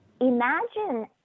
imagine